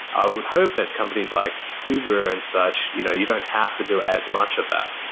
i would hope that companies like uber and such, you know you don't have to do as much of that.